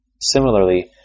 Similarly